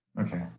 Okay